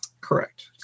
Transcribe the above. Correct